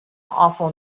awful